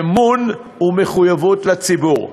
אמון ומחויבות לציבור.